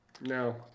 No